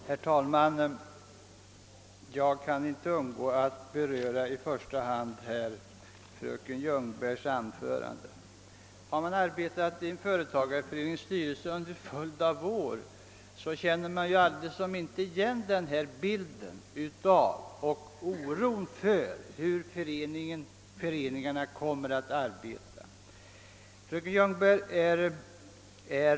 Herr talman! Jag kan inte underlåta att här först beröra fröken Ljungbergs anförande. Om man har arbetat i en företagareförenings styrelse under en följd av år, känner man inte igen den bild av och oro för hur företagareföreningarna kommer att arbeta som fröken Ljungberg gav uttryck för.